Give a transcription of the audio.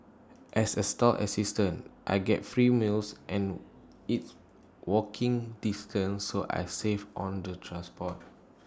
as A stall assistant I get free meals and it's walking distance so I save on the transport